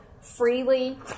freely